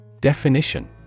Definition